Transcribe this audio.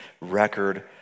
record